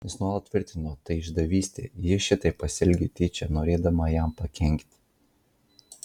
jis nuolat tvirtino tai išdavystė ji šitaip pasielgė tyčia norėdama jam pakenkti